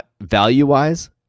value-wise